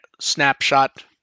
snapshot